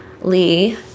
Lee